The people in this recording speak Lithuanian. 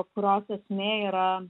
kurios esmė yra